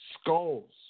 skulls